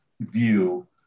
view